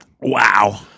wow